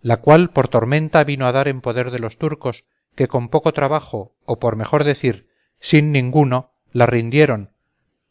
la cual por tormenta vino a dar en poder de los turcos que con poco trabajo o por mejor decir sin ninguno la rindieron